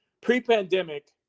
Pre-pandemic